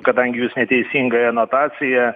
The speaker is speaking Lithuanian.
kadangi jūs neteisingai anotacija